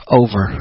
over